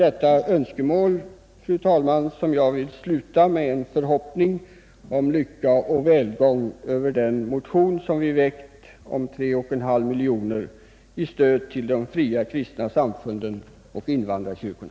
Jag vill, fru talman, sluta med att uttala en förhoppning om lycka och välgång för den motion som vi har väckt om ett anslag på 3,5 miljoner kronor till stöd åt de fria kristna samfunden och invandrarkyrkorna.